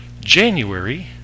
January